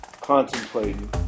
Contemplating